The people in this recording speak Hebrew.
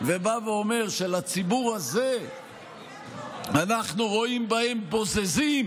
ובא ואומר שבציבור הזה אנחנו רואים בוזזים